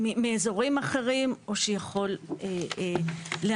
מאזורים אחרים או שיכול להדאיג.